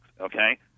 okay